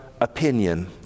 opinion